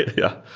yeah.